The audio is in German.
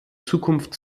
zukunft